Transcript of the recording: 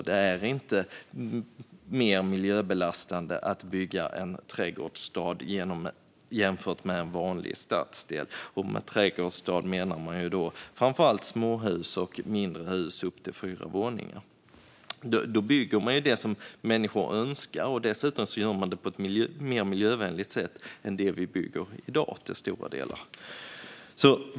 Det är inte mer miljöbelastande att bygga en trädgårdsstad jämfört med en vanlig stadsdel. Och med trädgårdsstad menar man framför allt småhus och mindre hus med upp till fyra våningar. Då bygger man det som människor önskar. Dessutom gör man det till stor del på ett mer miljövänligt sätt än när det gäller det som byggs i dag.